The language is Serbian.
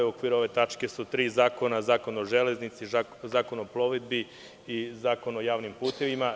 U okviru ove tačke su tri zakona: Zakon o železnici, Zakon o plovidbi i Zakon o javnim putevima.